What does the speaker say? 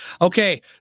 Okay